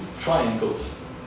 triangles